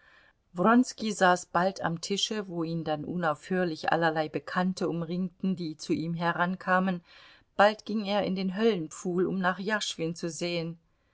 saß bald am tische wo ihn dann unaufhörlich allerlei bekannte umringten die zu ihm herankamen bald ging er in den höllenpfuhl um nach jaschwin zu sehen